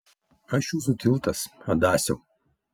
aš jūsų tiltas adasiau